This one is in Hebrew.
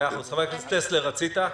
חבר הכנסת טסלר, רצית להוסיף?